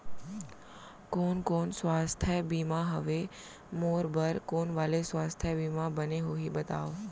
कोन कोन स्वास्थ्य बीमा हवे, मोर बर कोन वाले स्वास्थ बीमा बने होही बताव?